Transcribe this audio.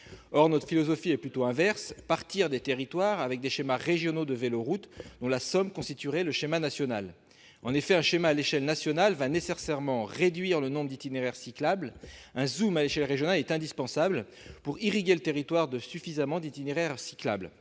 Or notre philosophie est plutôt inverse : partir des territoires avec des schémas régionaux des véloroutes dont la somme constituerait le schéma national. En effet, un schéma à l'échelle nationale réduira nécessairement le nombre d'itinéraires cyclables. Un zoom à l'échelle régionale est indispensable pour irriguer le territoire de suffisamment d'itinéraires cyclables.